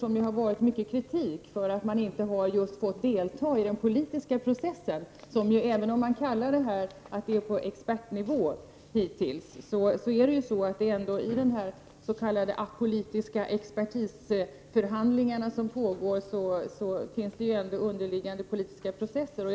Det har riktats mycket kritik mot att man inte har fått delta i den politiska processen. Även om man säger att frågan hittills har behandlats på expertnivå finns det ändå underliggande politiska processer bakom dessa s.k. apolitiska expertisförhandlingar.